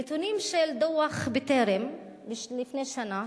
נתונים של דוח "בטרם" לפני שנה,